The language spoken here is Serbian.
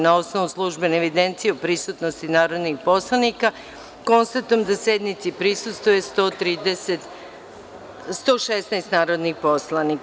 Na osnovu službene evidencije o broju prisutnosti narodnih poslanika, konstatujem da sednici prisustvuje 116 narodnih poslanika.